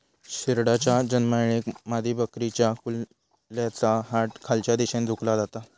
शेरडाच्या जन्मायेळेक मादीबकरीच्या कुल्याचा हाड खालच्या दिशेन झुकला जाता